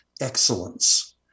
excellence